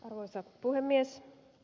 arvoisa puhemies